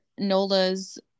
nola's